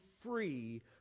free